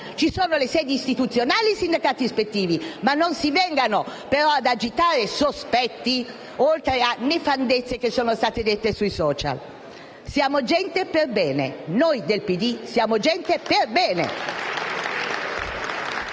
ci sono le sedi istituzionali e i sindacati ispettivi. Ma non si vengano però ad agitare sospetti, oltre alle nefandezze che sono state dette sui *social*. Siamo gente perbene; noi del PD siamo gente perbene!